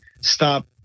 stop